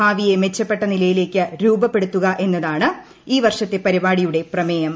ഭാവിയെ മെച്ചപ്പെട്ട നിലയിലേയ്ക്ക് രൂപപ്പെടുത്തുക എന്നതാണ് ഈ വർഷത്തെ പരിപാടിയുടെ പ്രമേയം